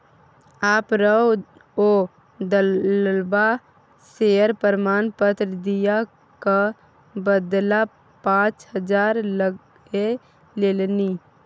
बाप रौ ओ दललबा शेयर प्रमाण पत्र दिअ क बदला पाच हजार लए लेलनि